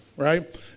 right